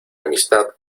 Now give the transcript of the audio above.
amistad